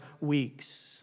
weeks